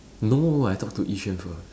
no I talk to yi xuan first